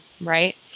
right